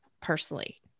personally